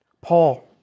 Paul